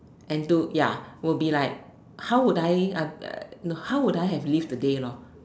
and to ya will be like how would I uh no how would I have lived the day lor